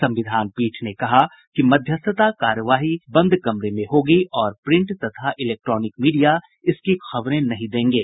संविधान पीठ ने कहा कि मध्यस्थता कार्यवाही बंद कमरे में होगी और प्रिंट तथा इलेक्ट्रॉनिक मीडिया इसकी खबरें नहीं देंगे